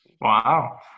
Wow